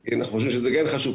כי אנחנו חושבים שזה כן חשוב.